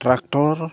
tractor